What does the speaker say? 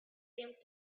seemed